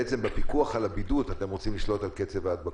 בפיקוח על הבידוד אתם רוצים לשלוט על קצב ההדבקות.